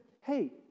hey